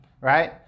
right